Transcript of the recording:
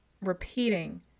repeating